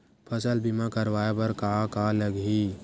फसल बीमा करवाय बर का का लगही?